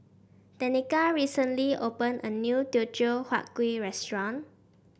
Tenika recently opened a new Teochew Huat Kuih restaurant